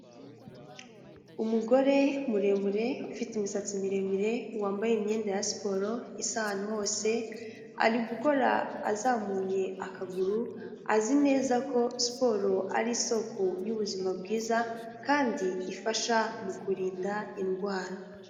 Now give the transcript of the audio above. Umugore muremure ufite imisatsi miremire wambaye imyenda ya siporo isa ahantu hose ari gukora azamuye akaguru azi neza ko siporo ari isoko y'ubuzima bwiza kandi ifasha mu kurinda indwara.